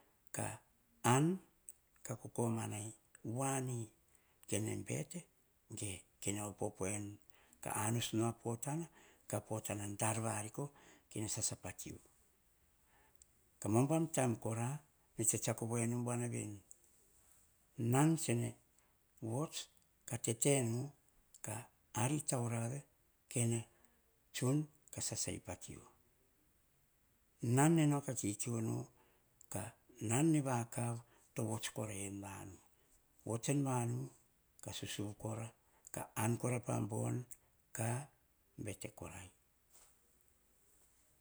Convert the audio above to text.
Ka an ko kokomanai wani kene bete ge kene opop enu ka anos nu a potano daar variko kene sasa pa kiu kama umbam taim kora ne tsitsiako buana veni nan tsene vots ka tetenu ka ari taurave kene tsun ka sasai pa kiu nan nenao kakikiu na ka nan nene vakav vots korai en vanu, vots en vanu ka susuv kora ka an kora pa bon ka bete korai.